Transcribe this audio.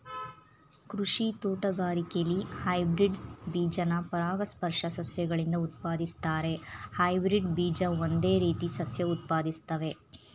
ಕೃಷಿ ತೋಟಗಾರಿಕೆಲಿ ಹೈಬ್ರಿಡ್ ಬೀಜನ ಪರಾಗಸ್ಪರ್ಶ ಸಸ್ಯಗಳಿಂದ ಉತ್ಪಾದಿಸ್ತಾರೆ ಹೈಬ್ರಿಡ್ ಬೀಜ ಒಂದೇ ರೀತಿ ಸಸ್ಯ ಉತ್ಪಾದಿಸ್ತವೆ